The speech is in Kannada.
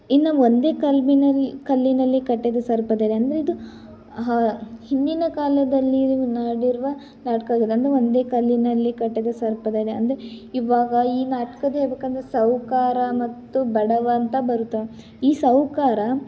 ಇನ್ನು ಒಂದೇ ಕಲ್ಲಿನಲ್ಲಿ ಕಟ್ಟಿದ ಸರ್ಪದೆಲೆ ಅಂದರೆ ಇದು ಹಿಂದಿನ ಕಾಲದಲ್ಲಿ ಮಾಡಿರುವ ನಾಟಕಗಳು ಒಂದೇ ಕಲ್ಲಿನಲ್ಲಿ ಕಟ್ಟಿದ ಸರ್ಪದೆಲೆ ಅಂದರೆ ಇವಾಗ ಈ ನಾಟ್ಕದ ಹೇಳಬೇಕಂದ್ರೆ ಸಾಹುಕಾರ ಮತ್ತು ಬಡವಂತ ಬರುತಾನೆ ಈ ಸಾಹುಕಾರ